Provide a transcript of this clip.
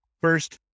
First